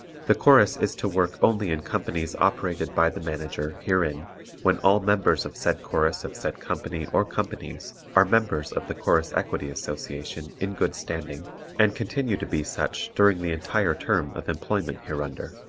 the chorus is to work only in companies operated by the manager herein when all members of said chorus of said company or companies are members of the chorus equity association in good standing and continue to be such during the entire term of employment hereunder.